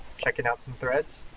checking out some threads.